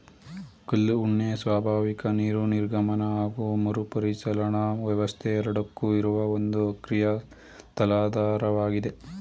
ಕಲ್ಲು ಉಣ್ಣೆ ಸ್ವಾಭಾವಿಕ ನೀರು ನಿರ್ಗಮನ ಹಾಗು ಮರುಪರಿಚಲನಾ ವ್ಯವಸ್ಥೆ ಎರಡಕ್ಕೂ ಇರುವ ಒಂದು ಅಕ್ರಿಯ ತಲಾಧಾರವಾಗಿದೆ